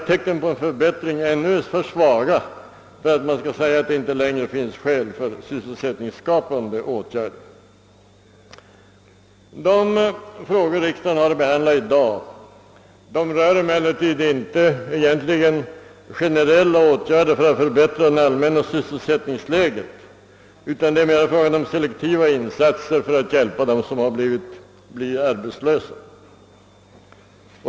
Tecknen på en förbättring är dock ännu för svaga för att man skall kunna hävda att det inte längre finns skäl för sysselsättningsskapande åtgärder. De frågor riksdagen har att behandla i dag rör emellertid egentligen inte generella åtgärder för att förbättra det allmänna sysselsättningsläget utan snarare selektiva insatser för att hjälpa dem som blir arbetslösa.